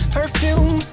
Perfume